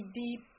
deep